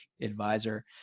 advisor